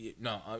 No